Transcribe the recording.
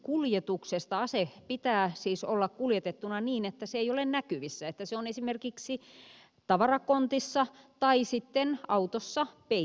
ase pitää siis kuljettaa niin että se ei ole näkyvissä että se on esimerkiksi tavarakontissa tai sitten autossa peiteltynä